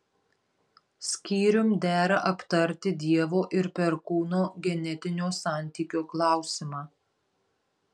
skyrium dera aptarti dievo ir perkūno genetinio santykio klausimą